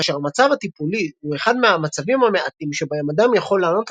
כאשר המצב הטיפולי הוא אחד מהמצבים המעטים שבהם אדם יכול לענות